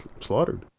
slaughtered